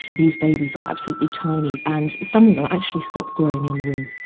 these babies are absolutely tiny, and some of them actually stop growing in the womb.